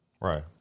right